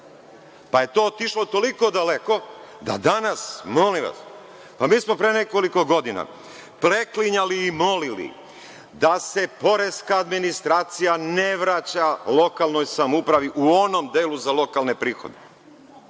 pa je to otišlo toliko daleko da danas, molim vas, pa mi smo pre nekoliko godina preklinjali i molili da se poreska administracija ne vraća lokalnoj samoupravi u onom delu za lokalne prihode,